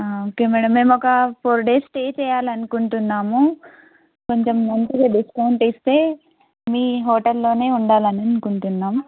okay madam మేము ఒక four days stay చేయాలనుకుంటున్నాము కొంచెం మంచిగా డిస్కౌంట్ ఇస్తే మీ హోటల్లోనే ఉండాలని అనుకుంటున్నాము